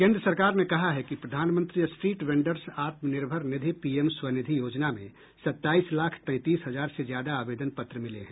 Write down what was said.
केंद्र सरकार ने कहा है कि प्रधानमंत्री स्ट्रीट वेंडर्स आत्मनिर्भर निधि पीएम स्वनिधि योजना में सत्ताईस लाख तैंतीस हजार से ज्यादा आवेदन पत्र मिले हैं